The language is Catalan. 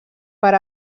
per